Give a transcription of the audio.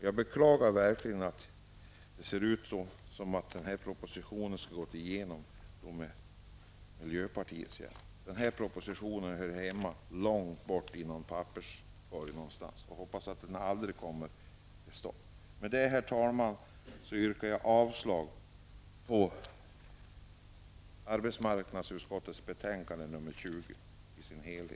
Jag beklagar verkligen att det ser ut som om denna proposition skall gå igenom, med miljöpartiets hjälp. Denna proposition hör hemma långt borta i någon papperskorg. Jag hoppas att det som föreslås i den aldrig kommer till stånd. Herr talman! Därmed yrkar jag avslag på arbetsmarknadsutskottets hemställan i betänkande